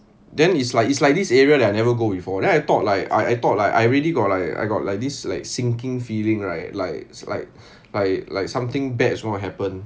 then it's like it's like this area that I never go before then I thought like I thought like I really got like I got like this like sinking feeling right like like like like something bad is gonna happen